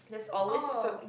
oh